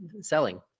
selling